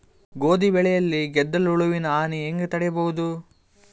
ಗೋಧಿ ಬೆಳೆಯಲ್ಲಿ ಗೆದ್ದಲು ಹುಳುವಿನ ಹಾನಿ ಹೆಂಗ ತಡೆಬಹುದು?